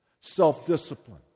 Self-discipline